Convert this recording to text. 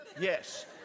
Yes